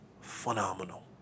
phenomenal